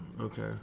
okay